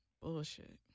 Bullshit